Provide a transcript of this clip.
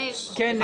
כן.